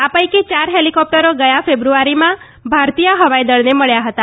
આ ૌ કી ચાર હેલીકોપ્ટરો ગયા ફેબ્રુઆરીમાં ભારતીય હવાઈદળને મળ્યા હતા